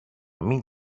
μην